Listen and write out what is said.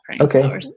okay